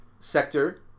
Sector